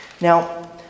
Now